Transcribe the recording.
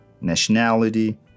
nationality